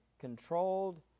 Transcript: controlled